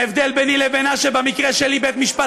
ההבדל ביני לבינה שבמקרה שלי בית-משפט